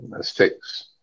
six